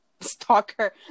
stalker